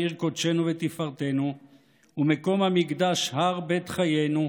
עיר קודשנו ותפארתנו ומקום המקדש הר בית חיינו,